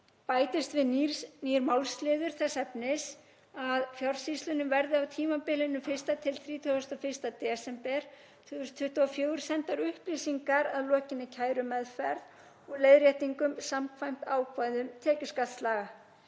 bætist við nýr málsliður þess efnis að Fjársýslunni verði á tímabilinu 1.–31. desember 2024 sendar upplýsingar að lokinni kærumeðferð og leiðréttingum samkvæmt ákvæðum tekjuskattslaga.